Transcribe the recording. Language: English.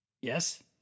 Yes